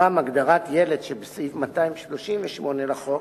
ברם הגדרת ילד שבסעיף 238 לחוק